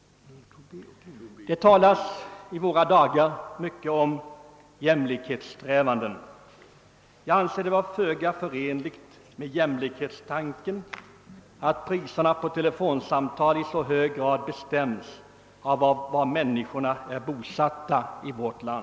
Det talas i våra dagar mycket om jämlikhetsträvanden. Jag anser det vara föga förenligt med jämlikhetstanken att priserna på telefonsamtal bestäms av var i vårt land människorna är bosatta.